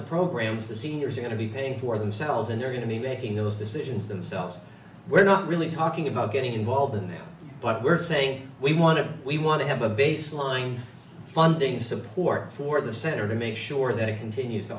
the programs the seniors are going to be paying for themselves and they're going to be making those decisions themselves we're not really talking about getting involved in that but we're saying we want to we want to have a baseline funding support for the center to make sure that it continues to